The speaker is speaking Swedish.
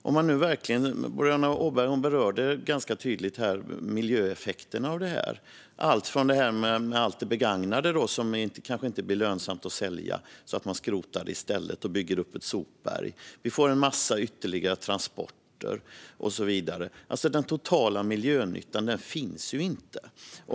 Boriana Åberg berörde ganska tydligt miljöeffekterna av det här - allt från det här med det begagnade som kanske inte blir lönsamt att sälja så att man skrotar det i stället och bygger upp ett skrotberg, till att vi får en massa ytterligare transporter. Den totala miljönyttan finns inte.